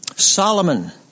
Solomon